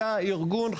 אתה ארגון,